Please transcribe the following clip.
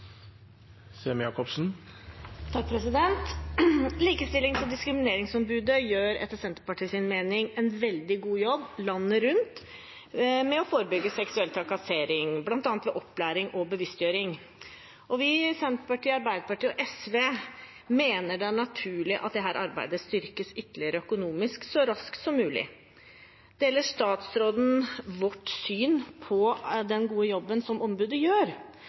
Likestillings- og diskrimineringsombudet gjør etter Senterpartiets mening en veldig god jobb landet rundt med å forebygge seksuell trakassering, bl.a. gjennom opplæring og bevisstgjøring. Vi i Senterpartiet, Arbeiderpartiet og SV mener det er naturlig at dette arbeidet styrkes ytterligere økonomisk så raskt som mulig. Deler statsråden vårt syn på den gode jobben som ombudet gjør,